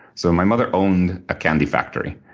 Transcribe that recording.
so my mother owned a candy factory,